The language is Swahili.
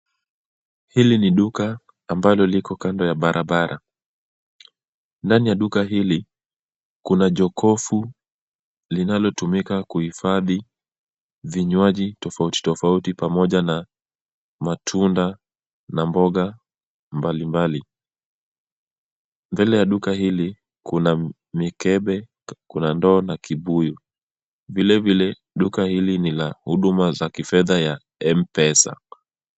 Hili ni duka ambalo liko kando ya barabara, ndani ya duka hili kuna jokofu linalotumika kuhifadhi vinywaji tofauti tofauti pamoja na matunda na mboga, mbalimbali. Mbele ya duka hili kuna mikebe kuna ndoo na kibuyu. Vilevile, duka hili ni la huduma za kifedha ya M-Pesa.